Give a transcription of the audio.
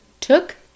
took